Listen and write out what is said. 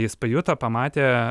jis pajuto pamatė